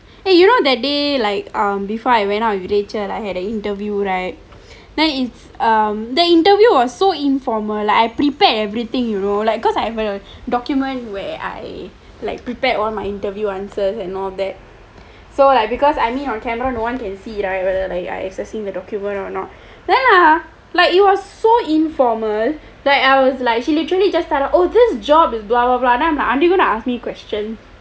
eh you know that day like um before I went out with the rachel I had an interview right then it's um the interview was so informal like I prepared everything you know like cause I have a document where I like prepared all my interview answers and all that so like because I mean on camera no one can see right whether I accessing the document or not then like it was so informal like I was like she literally just start off with oh this job is blah blah blah aren't you gonna ask me question